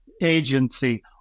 Agency